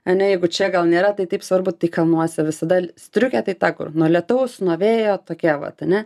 ane jeigu čia gal nėra tai taip svarbu tai kalnuose visada striukė tai ta kur nuo lietaus nuo vėjo tokia vat ane